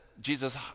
Jesus